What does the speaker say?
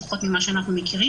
לפחות ממה אנחנו מכירים,